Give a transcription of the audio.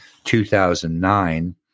2009